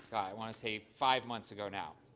i want to say five months ago now.